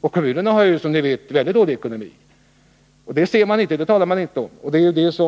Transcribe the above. Och kommunerna har, som vi vet, en mycket dålig ekonomi. Det talar man inte om, men det